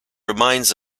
reminds